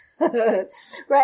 Right